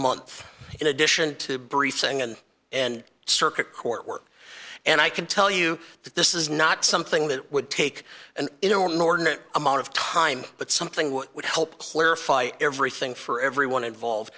month in addition to briefing and and circuit court work and i can tell you that this is not something that would take an enormous amount of time but something which would help clarify everything for everyone involved